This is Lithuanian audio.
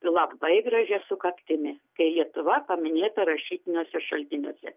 labai gražia sukaktimi kai lietuva paminėta rašytiniuose šaltiniuose